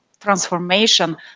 transformation